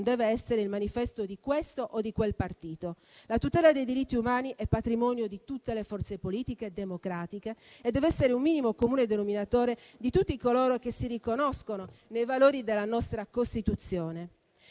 deve essere il manifesto di questo o di quel partito. La tutela dei diritti umani è patrimonio di tutte le forze politiche e democratiche e deve essere un minimo comune denominatore di tutti coloro che si riconoscono nei valori della nostra Costituzione.